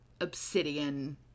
obsidian